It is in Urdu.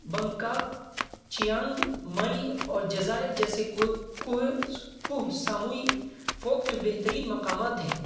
بنکاک چیانگ مئی اور جزائر جیسے کوہ کوہ ساموئی فوکڈ بہترین مقامات ہیں